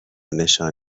نشان